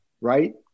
Right